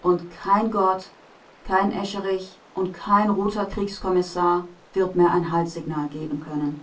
und kein gott kein escherich und kein roter kriegskommissar wird mehr ein haltsignal geben können